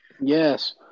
Yes